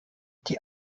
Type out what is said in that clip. die